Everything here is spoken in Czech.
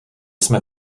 jsme